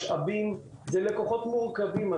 משאבים זה לקוחות מורכבים.